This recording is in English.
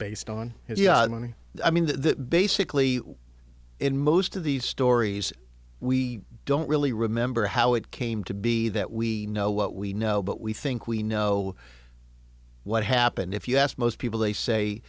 based on money i mean that basically in most of these stories we don't really remember how it came to be that we know what we know but we think we know what happened if you asked most people they say